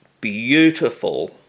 beautiful